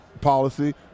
policy